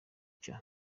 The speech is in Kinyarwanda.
cya